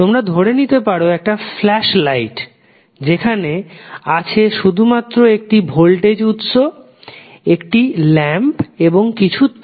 তোমরা ধরে নিতে পারো একটা ফ্ল্যাশ লাইট যেখানে আছে শুধুমাত্র একটি ভোল্টেজ উৎস একটি ল্যাম্প এবং কিছু তার